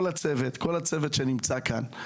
כל הצוות שנמצא כאן,